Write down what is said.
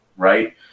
right